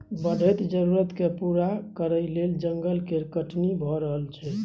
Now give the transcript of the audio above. बढ़ैत जरुरत केँ पूरा करइ लेल जंगल केर कटनी भए रहल छै